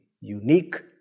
unique